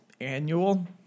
annual